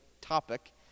topic